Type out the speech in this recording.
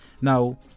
now